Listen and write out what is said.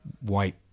white